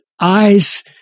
eyes